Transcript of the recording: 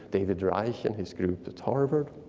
david reich and his group at harvard.